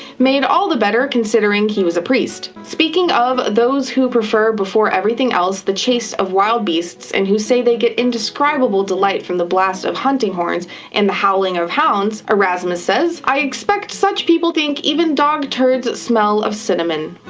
made all the better considering he was a priest. speaking of those who prefer before everything else the chase of wild beasts and say they get indescribable delight from the blast of hunting horns and the howling of hound erasmus says, i expect such people think even dog turds smell of cinnamon.